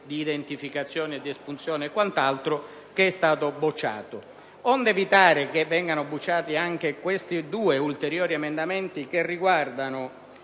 di identificazione e di espulsione, che è stato bocciato. Onde evitare che vengano bocciati anche questi due ulteriori emendamenti (uno